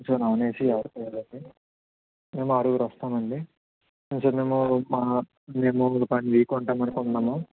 so non AC ఎవరికీ వద్దు మేము ఆరుగురు వస్తామండి కొంచెం మేము మా మేము ఒక వన్ వీక్ ఉంటామనుకుంటున్నాము